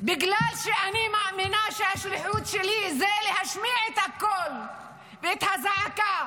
בגלל שאני מאמינה שהשליחות שלי היא להשמיע את הקול ואת הזעקה